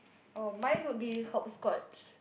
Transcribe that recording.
oh mine would be hopscotch